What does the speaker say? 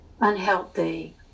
unhealthy